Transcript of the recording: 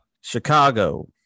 Chicago